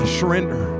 surrender